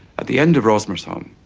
at the end of rosmersholm,